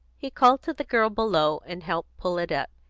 he called to the girl below, and helped pull it up,